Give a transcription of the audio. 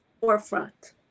forefront